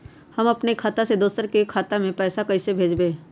हम अपने खाता से दोसर के खाता में पैसा कइसे भेजबै?